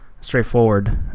straightforward